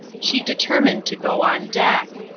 she determined to go on deck.